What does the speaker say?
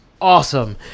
awesome